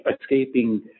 escaping